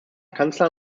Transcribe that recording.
kanzler